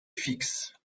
fixes